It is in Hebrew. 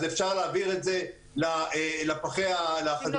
אז אפשר להעביר את זה לחדרי האשפה